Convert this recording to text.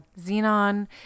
Xenon